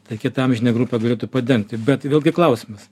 tai kita amžinė grupė galėtų padengti bet vėlgi klausimas